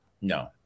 No